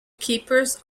keepers